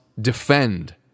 defend